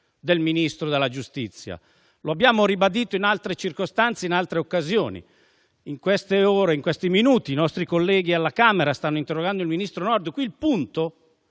del Ministro della giustizia. Lo abbiamo ribadito in altre circostanze e in altre occasioni. In questi minuti i nostri colleghi alla Camera stanno interrogando il ministro Nordio. Qui il punto,